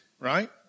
right